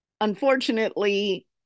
Unfortunately